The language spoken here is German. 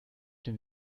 dem